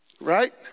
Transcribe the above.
right